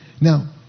Now